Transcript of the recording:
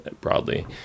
broadly